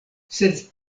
sed